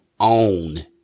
Own